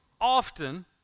often